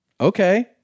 Okay